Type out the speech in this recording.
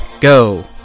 go